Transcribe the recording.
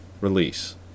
release